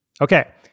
Okay